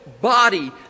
body